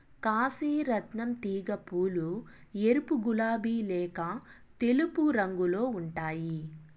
కాశీ రత్నం తీగ పూలు ఎరుపు, గులాబి లేక తెలుపు రంగులో ఉంటాయి